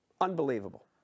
Unbelievable